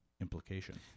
implication